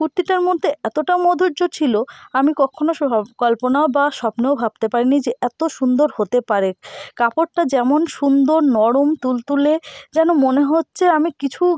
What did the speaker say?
কুর্তিটার মধ্যে এতোটা মধুর্য ছিলো আমি কক্ষনও সব কল্পনা বা স্বপ্নেও ভাবতে পারি নি যে এতো সুন্দর হতে পারে কাপড়টা যেমন সুন্দর নরম তুলতুলে যেন মনে হচ্ছে আমি কিছু